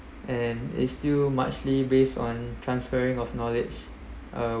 and is still muchly based on transferring of knowledge uh